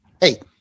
Hey